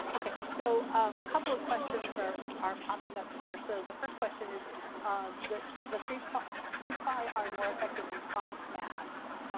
okay. a so um couple of questions are are popping up here. so the first question is um the the three ply three ply are more effective than cloth masks.